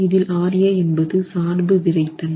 இதில் RA என்பது சார்பு விறைத்தன்மை